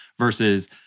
versus